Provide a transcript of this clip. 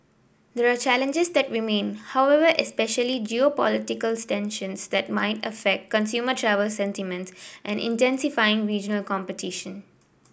there are challenges that remain however especially geopolitical tensions that might affect consumer travel sentiments and intensifying regional competition